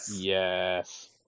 yes